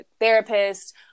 therapist